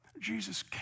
Jesus